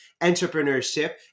entrepreneurship